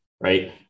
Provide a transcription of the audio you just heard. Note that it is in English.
right